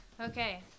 Okay